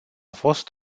fost